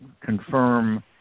confirm